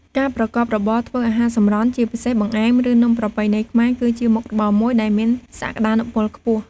ការប្រកបរបរធ្វើអាហារសម្រន់ ជាពិសេសបង្អែម ឬនំប្រពៃណីខ្មែរ គឺជាមុខរបរមួយដែលមានសក្ដានុពលខ្ពស់។